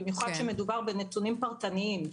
במיוחד כשמדובר על נתונים פרטניים.